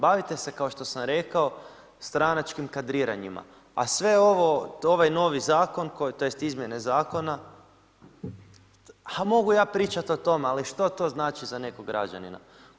Bavite se kao što sam rekao stranačkim kadriranjima, a sve ovo ovaj novi zakon tj. izmjene zakona ha mogu ja pričat o tome, ali što to znači za nekog građanina.